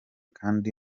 kandi